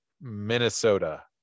Minnesota